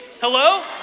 hello